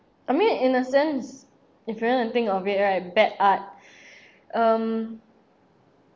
I mean in a sense if you want to think of it right bad art um